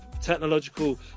technological